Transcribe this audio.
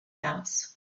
house